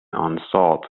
unsought